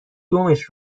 دمش